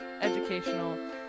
educational